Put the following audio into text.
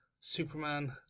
Superman